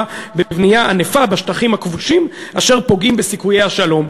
בבנייה ענפה בשטחים הכבושים אשר פוגעים בסיכויי השלום.